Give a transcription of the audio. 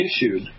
issued